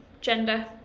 gender